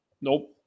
nope